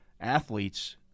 athletes